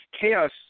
Chaos